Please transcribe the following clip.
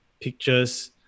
pictures